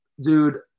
dude